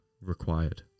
required